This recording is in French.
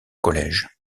collège